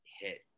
hit